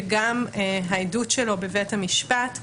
וגם העדות שלו בבית המשפט.